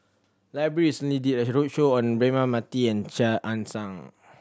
library recently did a roadshow on Braema Mathi and Chia Ann Siang